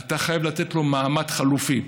אתה חייב לתת לו מעמד חלופי.